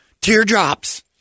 Teardrops